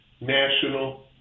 national